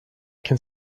can